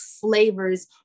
flavors